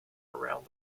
around